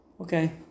okay